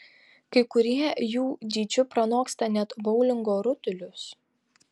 kai kurie jų dydžiu pranoksta net boulingo rutulius